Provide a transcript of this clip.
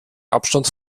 abstand